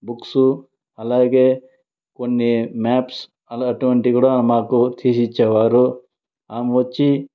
books అలాగే కొన్ని maps అలాంటివి కూడ మాకు తీసి ఇచ్చేవారు ఆమె వచ్చి